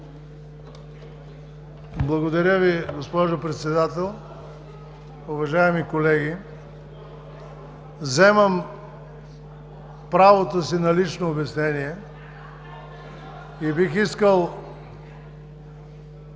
Благодаря Ви, госпожо Председател. Уважаеми колеги, вземам правото си на лично обяснение и бих искал (реплики